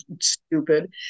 stupid